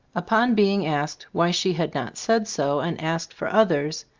upon being asked why she had not said so and asked for others,